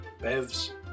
BEVs